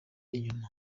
inyuma